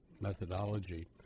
methodology